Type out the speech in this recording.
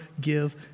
give